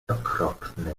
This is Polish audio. okropny